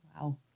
Wow